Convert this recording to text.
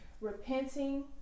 Repenting